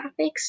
graphics